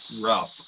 rough